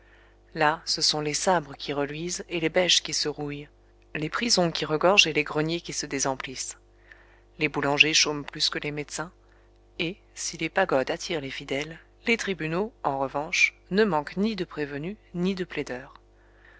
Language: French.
là ce sont les sabres qui reluisent et les bêches qui se rouillent les prisons qui regorgent et les greniers qui se désemplissent les boulangers chôment plus que les médecins et si les pagodes attirent les fidèles les tribunaux en revanche ne manquent ni de prévenus ni de plaideurs